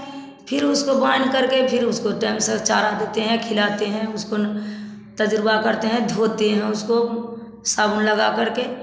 फिर उसको बान्ह करके फिर उसको टैम से चारा देते हैं खिलाते हैं उसको न तजुर्बा करते हैं धोते हैं उसको साबुन लगा करके